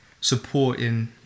Supporting